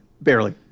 Barely